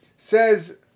says